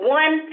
one